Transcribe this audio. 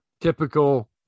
typical